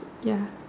ya